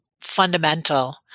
fundamental